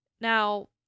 Now